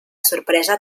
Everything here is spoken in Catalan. sorpresa